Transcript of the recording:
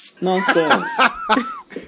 Nonsense